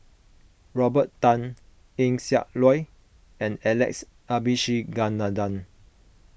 Robert Tan Eng Siak Loy and Alex Abisheganaden